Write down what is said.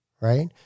right